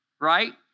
Right